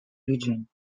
region